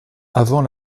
avant